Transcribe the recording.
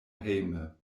hejme